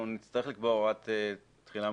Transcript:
אנחנו נצטרך לקבוע הוראת תחילה,